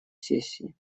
сессии